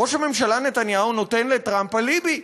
ראש הממשלה נתניהו נותן לטראמפ אליבי,